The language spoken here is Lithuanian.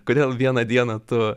kodėl vieną dieną tu